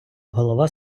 голова